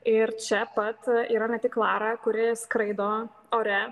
ir čia pat yra ne tik klara kuri skraido ore